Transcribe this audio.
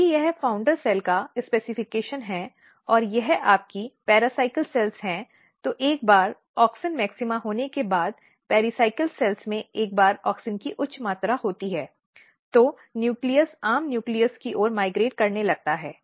यदि यह founder cell का विनिर्देश है और यह आपकी पेराइकल कोशिकाएं हैं तो एक बार ऑक्सिन मैक्सिमा होने के बाद पेराइकल कोशिकाओं में एक बार ऑक्सिन की उच्च मात्रा होती है तो न्यूक्लियस आम न्यूक्लियस की ओर माइग्रेट करने लगता है